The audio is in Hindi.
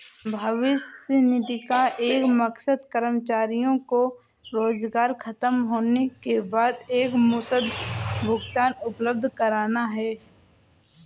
भविष्य निधि का मकसद कर्मचारियों को रोजगार ख़तम होने के बाद एकमुश्त भुगतान उपलब्ध कराना है